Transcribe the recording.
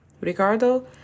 Ricardo